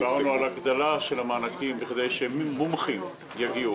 דיברנו על הגדלה של המענקים כדי שמומחים יגיעו.